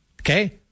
Okay